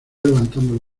levantando